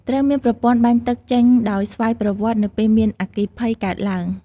ត្រូវមានប្រព័ន្ធបាញ់ទឹកចេញដោយស្វ័យប្រវត្តិនៅពេលមានអគ្គិភ័យកើតទ្បើង។